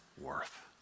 worth